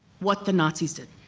what the nazis did,